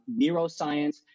neuroscience